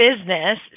Business